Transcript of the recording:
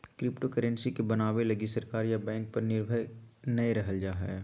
cryptocurrency के बनाबे लगी सरकार या बैंक पर निर्भर नय रहल जा हइ